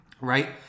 right